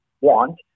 want